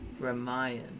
Ramayan